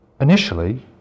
Initially